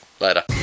later